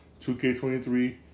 2K23